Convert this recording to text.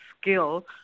skill